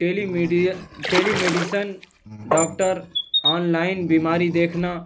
ٹیلی telemedicine doctor online بیماری دیکھنا